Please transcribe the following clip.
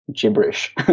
Gibberish